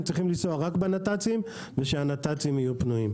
הם צריכים לנוע רק בנת"צים ושהנת"צים יהיו פנויים.